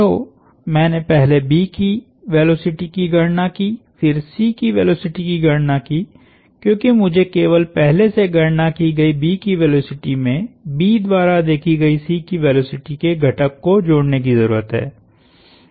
तो मैंने पहले B की वेलोसिटी की गणना की फिर C की वेलोसिटी की गणना की क्योंकि मुझे केवल पहले से गणना की गयी B की वेलोसिटी में B द्वारा देखी गई C की वेलोसिटी के घटक को जोड़ने की जरूरत है